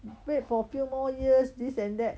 wait for a few more years this and that